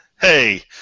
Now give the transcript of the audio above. Hey